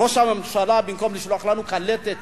ראש הממשלה, במקום לשלוח לנו קלטת